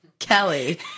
Kelly